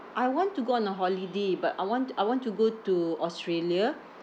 I want to go on a holiday but I want I want to go to australia